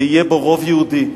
ויהיה בו רוב יהודי.